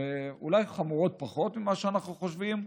שאולי חמורות פחות ממה שאנחנו חושבים,